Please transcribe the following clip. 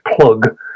plug